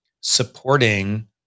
supporting